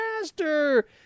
master